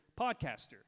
podcaster